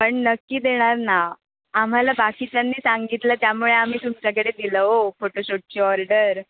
पण नक्की देणार ना आम्हाला बाकीच्यांनी सांगितलं त्यामुळे आम्ही तुमच्याकडे दिलं हो फोटोशूटची ऑर्डर